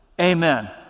amen